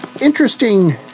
interesting